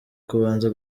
kubanza